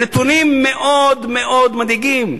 הנתונים מאוד מאוד מדאיגים.